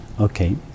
okay